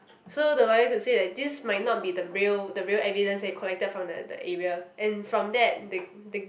so the lawyer could say that this might not be the real the real evidence that he collected from the the area and from that the the